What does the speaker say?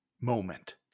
moment